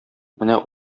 менә